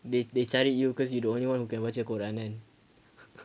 they they cari you cause you're the only one who can baca quran kan